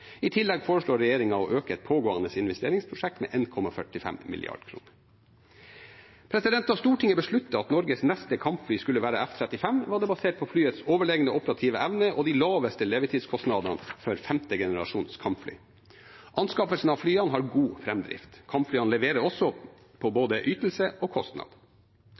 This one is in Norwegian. I tillegg foreslår regjeringen å øke et pågående investeringsprosjekt med 1,45 mrd. kr. Da Stortinget besluttet at Norges neste kampfly skulle være F-35, var det basert på flyets overlegne operative evne og de laveste levetidskostnadene for femte generasjons kampfly. Anskaffelsen av flyene har god framdrift. Kampflyene leverer også på både ytelse og kostnad.